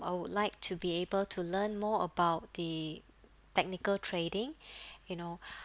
I would like to be able to learn more about the technical trading you know